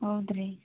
ಹೌದು ರೀ